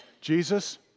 Jesus